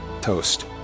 toast